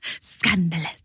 Scandalous